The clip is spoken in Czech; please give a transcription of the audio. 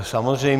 Samozřejmě.